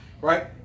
right